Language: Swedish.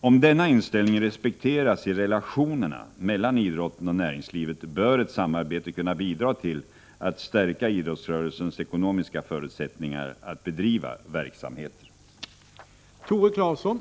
Om denna inställning respekteras i relationerna mellan idrotten och näringslivet bör ett samarbete kunna bidra till att stärka idrottsrörelsens ekonomiska förutsättningar att bedriva verksamheter.